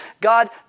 God